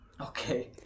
Okay